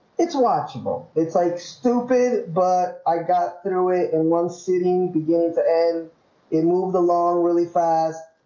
it's watchable. it's like stupid but i got throw away in one sitting beginning to end it moved along really fast